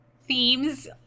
themes